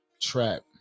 trap